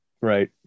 right